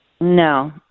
No